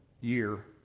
year